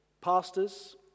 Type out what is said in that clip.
pastors